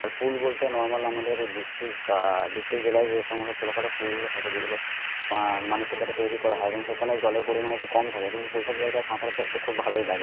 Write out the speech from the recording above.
আর pool বলতে normal আমাদের district district জেলায় যে সমস্ত ছোটখাটো পুলগুলো থাকে যেগুলো মানুষের দ্বারা তৈরি করা হয় এবং সেখানে জলের পরিমাণ একটু কম থাকে কিন্তু সেই সব জায়গায় সাঁতার কাটতে খুব ভালোই লাগে